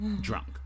drunk